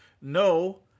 No